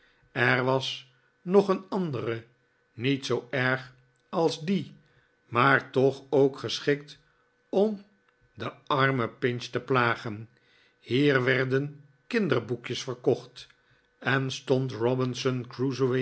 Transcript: er was nog een andere niet zoo erg als die maar toch ooic geschikt om d r aimen pinch te plagen hier werden kinderboekjes verkocht en stond robinson